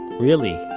really,